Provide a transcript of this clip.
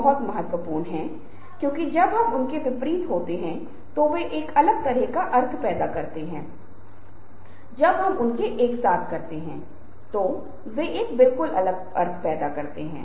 अब इन संदर्भों को संयोजित किया जाना है लेकिन फिर भी हमें टेंसनेस स्थूलता जो कि गोलाई है पिच की विविधता को बढ़ाते हैं जो वे करते हैं वे कुछ सामान्य धारणाएं हैं